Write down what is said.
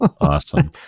awesome